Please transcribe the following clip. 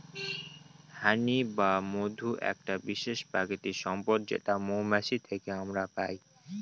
হানি বা মধু একটা বিশেষ প্রাকৃতিক সম্পদ যেটা মৌমাছি থেকে আমরা পাই